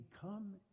come